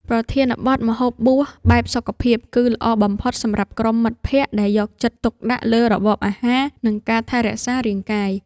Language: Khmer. ប្រធានបទ ម្ហូបបួសបែបសុខភាព គឺល្អបំផុតសម្រាប់ក្រុមមិត្តភក្តិដែលយកចិត្តទុកដាក់លើរបបអាហារ និងការថែរក្សារាងកាយ។